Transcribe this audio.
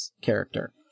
character